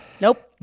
Nope